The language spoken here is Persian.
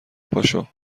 پاشو